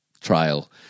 trial